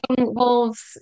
wolves